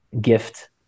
gift